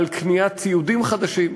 על קניית ציודים חדשים.